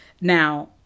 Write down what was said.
Now